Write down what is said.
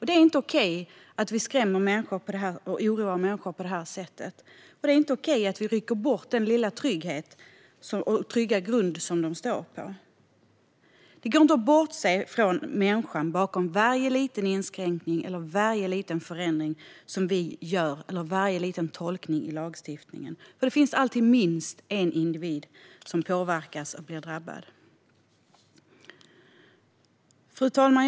Det är inte okej att vi skrämmer och oroar människor på detta sätt, och det är inte okej att vi rycker bort den lilla trygga grund som de står på. Det går inte att bortse från människan bakom varje liten inskränkning, varje liten förändring eller varje liten tolkning i lagstiftningen som vi gör, för det finns alltid minst en individ som påverkas och blir drabbad. Fru talman!